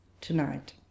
tonight